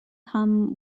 come